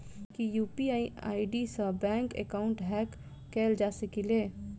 की UPI ID सऽ bank account hack कैल जा सकलिये?